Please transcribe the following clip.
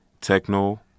techno